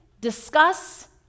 discuss